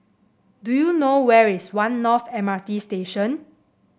do you know where is One North M R T Station